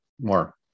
more